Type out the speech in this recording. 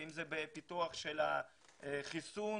ואם זה בפיתוח החיסון.